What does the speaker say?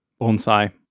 bonsai